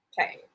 Okay